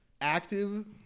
Active